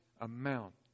amount